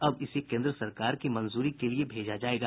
अब इसे केन्द्र सरकार की मंजूरी के लिए भेजा जायेगा